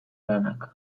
lanak